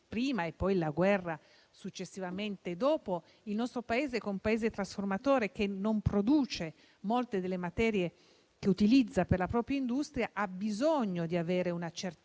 prezzi e poi la guerra, successivamente, che il nostro Paese, che è trasformatore, e non produce molte delle materie che utilizza per la propria industria, ha bisogno di avere una certezza